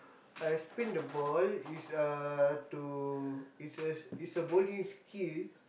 I spin the ball is uh to is a is a bowling skill